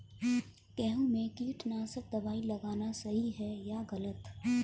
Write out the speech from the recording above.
गेहूँ में कीटनाशक दबाई लगाना सही है या गलत?